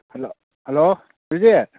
hello hello Sanjit